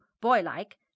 boy-like